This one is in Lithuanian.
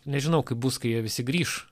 nežinau kaip bus kai jie visi grįš